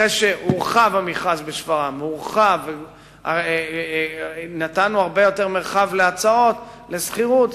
אחרי שהורחב המכרז בשפרעם ונתנו הרבה יותר מרחב להצעות לשכירות,